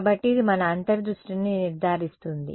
కాబట్టి ఇది మన అంతర్ దృష్టిని నిర్ధారిస్తుంది